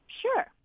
sure